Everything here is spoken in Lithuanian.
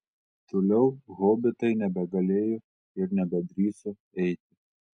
toliau hobitai nebegalėjo ir nebedrįso eiti